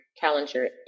calendar